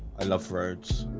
i love roads